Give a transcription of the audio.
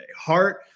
Heart